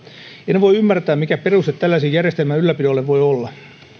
en voi ymmärtää mikä peruste tällaisen järjestelmän ylläpidolle voi olla